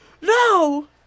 No